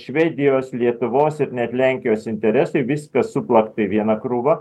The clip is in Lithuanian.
švedijos lietuvos ir net lenkijos interesai viskas suplakta į vieną krūvą